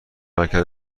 مرکز